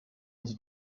his